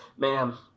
Ma'am